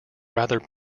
rather